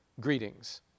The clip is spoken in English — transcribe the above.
greetings